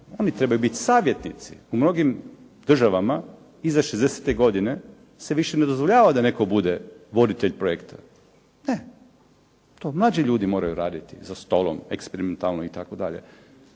Oni trebaju biti savjetnici u mnogim državama iza 60. godine se više ne dozvoljava da netko bude voditelj projekta. Ne, to mlađi ljudi moraju raditi za stolom eksperimentalno itd.